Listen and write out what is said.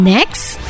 Next